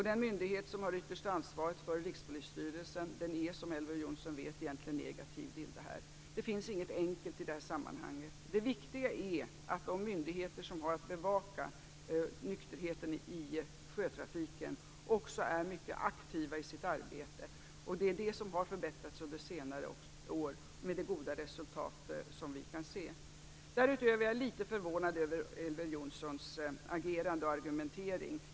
Den myndighet som har det yttersta ansvaret, Rikspolisstyrelsen, är som Elver Jonsson vet negativ till det. Det finns inget enkelt i det sammanhanget. Det viktiga är att de myndigheter som har att bevaka nykterheten i sjötrafiken också är mycket aktiva i sitt arbete. Det har förbättrats under senare år, med de goda resultat som vi kan se. Därutöver är jag litet förvånad över Elver Jonssons agerande och argumentering.